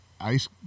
ice